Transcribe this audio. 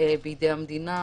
בידי המדינה